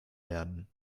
werden